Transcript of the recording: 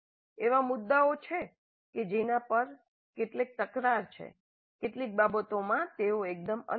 એવા મુદ્દાઓ છે કે જેના પર કેટલાક તકરાર છે કેટલીક બાબતોમાં તેઓ એકદમ અલગ છે